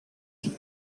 took